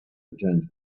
returns